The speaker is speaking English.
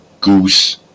goose